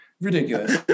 Ridiculous